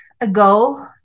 ago